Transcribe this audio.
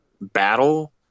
battle